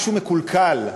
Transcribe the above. משהו מקולקל.